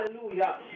Hallelujah